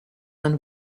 than